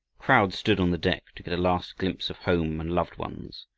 crowds stood on the deck to get a last glimpse of home and loved ones,